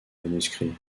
manuscrits